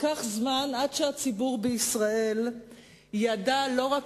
לקח זמן עד שהציבור בישראל ידע לא רק